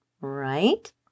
Right